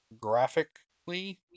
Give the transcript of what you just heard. graphically